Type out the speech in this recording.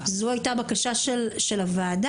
זו הייתה בקשה של הוועדה,